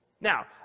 Now